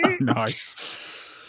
Nice